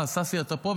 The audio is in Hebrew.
אה, ששי, אתה פה.